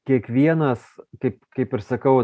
kiekvienas kaip kaip ir sakau